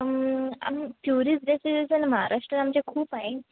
आम tourist destination महाराष्ट्रात आमच्या खूप आहे